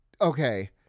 okay